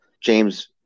james